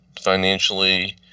financially